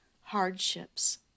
hardships